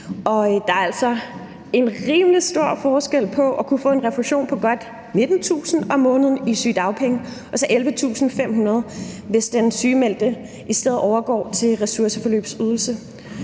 Der er altså en rimelig stor forskel på at kunne få en refusion på godt 19.000 kr. om måneden i sygedagpenge og så 11.500 kr., hvis den sygemeldte i stedet overgår til ressourceforløbsydelse.